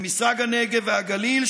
במשרד הנגב והגליל,